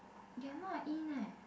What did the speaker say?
you're not in eh